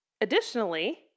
Additionally